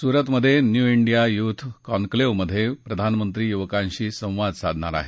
सुरतमधे new India youth कॉन्क्लेव्हमध्ये प्रधानमंत्री युवकांशी संवाद साधणार आहेत